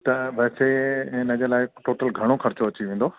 वैसे हिन जे लाइ टोटल घणो ख़र्चो अची वेंदो